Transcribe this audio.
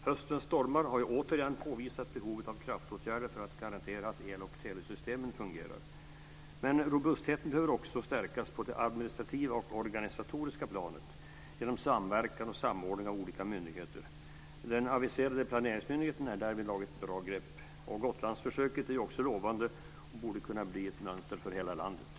Höstens stormar har återigen påvisat behovet av kraftåtgärder för att garantera att el och telesystemen fungerar. Men robustheten behöver också stärkas på det administrativa och organisatoriska planet genom samverkan och samordning av olika myndigheter. Den aviserade planeringsmyndigheten är därvidlag ett bra grepp. Gotlandsförsöket är också lovande och borde kunna bli ett mönster för hela landet.